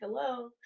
Hello